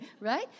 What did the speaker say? right